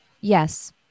yes